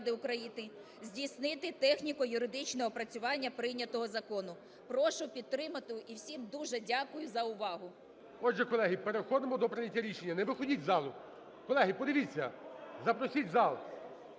Дякую за увагу.